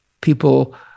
people